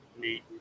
Neat